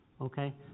okay